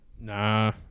Nah